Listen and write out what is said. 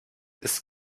ist